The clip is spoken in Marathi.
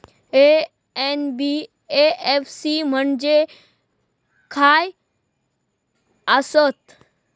एन.बी.एफ.सी म्हणजे खाय आसत?